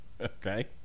Okay